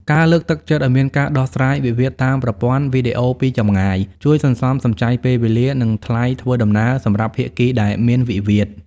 ការលើកទឹកចិត្តឱ្យមានការដោះស្រាយវិវាទតាមប្រព័ន្ធវីដេអូពីចម្ងាយ ជួយសន្សំសំចៃពេលវេលា និងថ្លៃធ្វើដំណើរសម្រាប់ភាគីដែលមានវិវាទ។